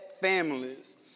families